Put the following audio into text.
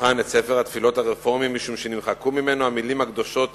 הדוכן את ספר התפילות הרפורמי משום שנמחקו ממנו המלים הקדושות